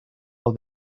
off